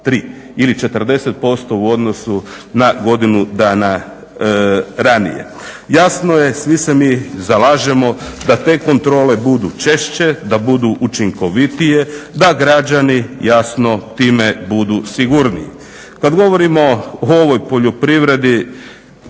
ili 40% u odnosu na godinu dana ranije. Jasno je, svi se mi zalažemo da te kontrole budu češće, da budu učinkovitije, da građani jasno time budu sigurniji. Kad govorimo o ovoj poljoprivredi